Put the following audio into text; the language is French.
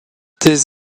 des